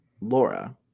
Laura